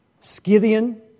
Scythian